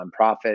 nonprofit